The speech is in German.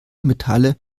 metalle